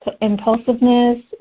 impulsiveness